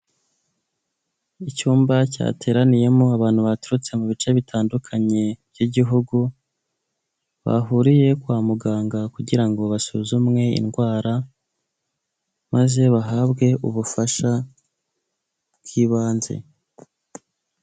Icyumba cyateraniyemo abantu baturutse mu bice bitandukanye by'igihugu, bahuriye kwa muganga kugira ngo basuzumwe indwara maze bahabwe ubufasha bw'ibanze.